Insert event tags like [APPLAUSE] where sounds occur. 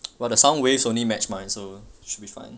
[NOISE] but the sound waves only match mine so should be fine